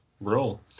roll